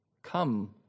come